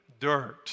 dirt